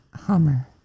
Hummer